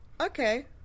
Okay